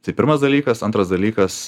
tai pirmas dalykas antras dalykas